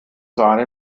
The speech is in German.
sahne